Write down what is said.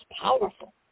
powerful